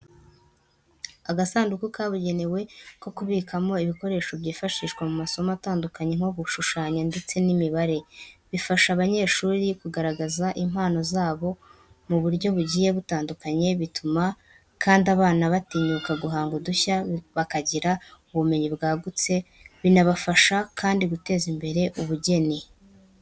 Agasanduku kabugenewe ko kubikamo ibikoresho byifashishwa mu masomo atandukanye nko gushushanya ndetse n'imibare. Bifasha abanyeshuri kugaragaza impano zabo mu buryo bugiye butandukanye, bituma kandi abana batinyuka guhanga udushya, bakagira ubumenyi bwagutse, binabafasha kandi guteza imbere ubugeni.